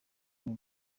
uru